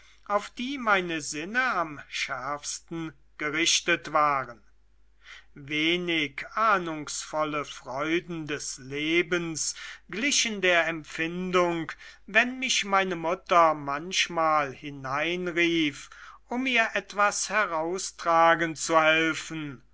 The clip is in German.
auf die meine sinne am schärfsten gerichtet waren wenig ahnungsvolle freuden des lebens glichen der empfindung wenn mich meine mutter manchmal hineinrief um ihr etwas heraustragen zu helfen